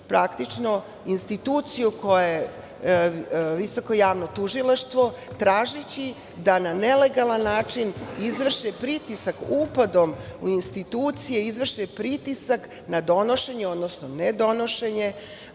praktično instituciju koja je Visoko javno tužilaštvo, tražeći da na nelegalan način izvrše pritisak upadom u institucije i izvrše pritisak na donošenje, odnosno nedonošenje